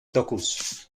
dokuz